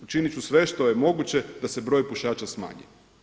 Učinit ću sve što je moguće da se broj pušača smanji.